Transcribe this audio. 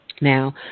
Now